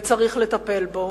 וצריך לטפל בו,